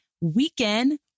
weekend